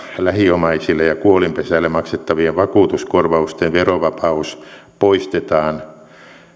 lähiomaisille ja kuolinpesälle maksettavien vakuutuskorvausten verovapaus poistetaan